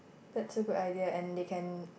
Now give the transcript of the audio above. that's a good idea and they can